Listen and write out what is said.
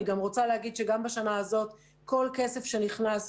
אני גם רצה להגיד שגם בשנה הזאת כל כסף שנכנס,